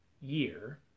year